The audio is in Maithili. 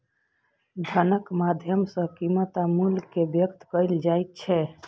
धनक माध्यम सं कीमत आ मूल्य कें व्यक्त कैल जाइ छै